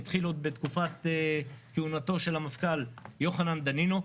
התחיל עוד בתקופת כהונתו של המפכ"ל יוחנן דנינו.